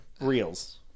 Reels